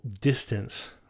distance